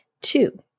Two